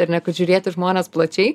ar ne kad žiūrėt į žmones plačiai